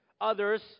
Others